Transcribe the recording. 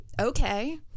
Okay